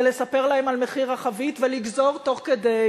ולספר להם על מחיר החבית ולגזור תוך כדי